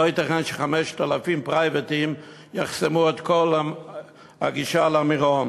לא ייתכן ש-5,000 פרייבטים יחסמו את כל הגישה להר-מירון.